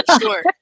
sure